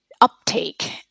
uptake